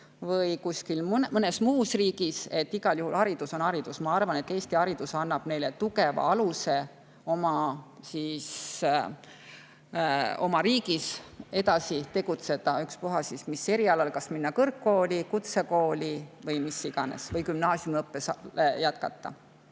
või mõnes muus riigis, igal juhul haridus on haridus. Ma arvan, et Eesti haridus annab neile tugeva aluse oma riigis edasi tegutseda ükspuha mis erialal, kas minna kõrgkooli, kutsekooli või kuhu iganes, või ka gümnaasiumiõppes jätkata.